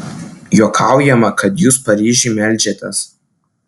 juokaujama kad jūs paryžiui meldžiatės